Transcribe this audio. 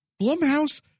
Blumhouse